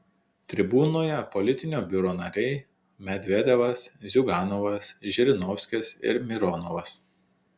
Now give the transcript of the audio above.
tribūnoje politinio biuro nariai medvedevas ziuganovas žirinovskis ir mironovas